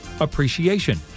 Appreciation